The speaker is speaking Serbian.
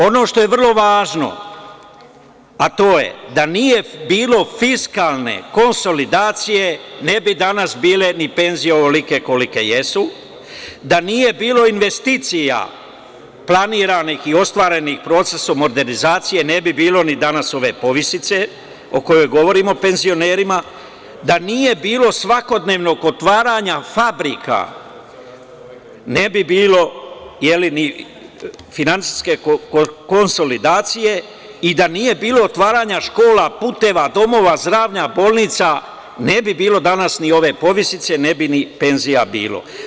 Ono što je vrlo važno, a to je da nije bilo fiskalne konsolidacije ne bi danas bile ni penzije ovolike kolike jesu, da nije bilo investicija planiranih i ostvarenih procesom modernizacije ne bi bilo ni danas ove povišice, o kojoj govorimo, penzionerima, da nije bilo svakodnevnog otvaranja fabrika ne bi bilo ni finansijske konsolidacije i da nije bilo otvaranja škola, puteva, domova zdravlja, bolnica ne bi bilo danas ni ove povišice, ne bi ni penzija bilo.